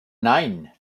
nein